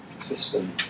system